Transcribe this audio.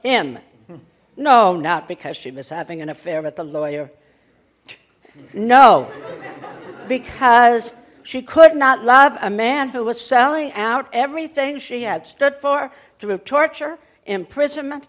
know not because she was having an affair with the lawyer no because she could not love a man who was selling out everything she had stood for through torture imprisonment